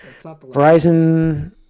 Verizon